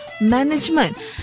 management